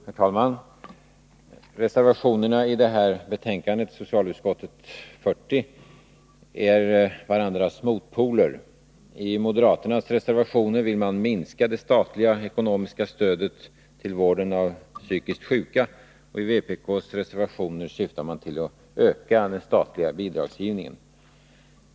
Herr talman! Reservationerna i socialutskottets betänkande nr 40 är varandras motpoler. I moderaternas reservationer vill man minska det statliga ekonomiska stödet till vården av psykiskt sjuka, och i vpk:s reservationer syftar man till att öka den statliga bidragsgivningen.